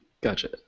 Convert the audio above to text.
Gotcha